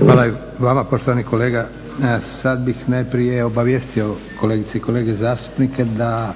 Hvala i vama poštovani kolega. Sad bih najprije obavijestio kolegice i kolege zastupnike da